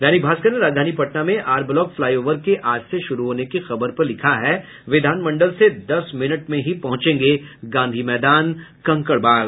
दैनिक भास्कर ने राजधानी पटना में आर ब्लॉक फ्लाई ओवर के आज से शुरू होने की खबर पर लिखा है विधान मंडल से दस मिनट में ही पहुंचेंगे गांधी मैदान कंकडबाग